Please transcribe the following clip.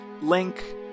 link